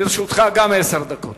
גם לרשותך עשר דקות.